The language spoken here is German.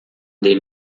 den